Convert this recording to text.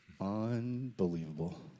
Unbelievable